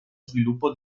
sviluppo